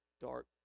dark